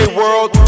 world